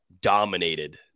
dominated